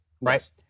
Right